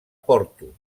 porto